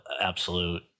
absolute